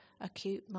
acute